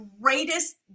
greatest